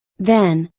then,